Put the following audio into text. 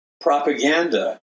propaganda